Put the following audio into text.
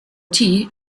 tea